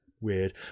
weird